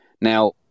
Now